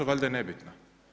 Valjda je nebitno.